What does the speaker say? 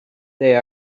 they